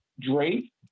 drape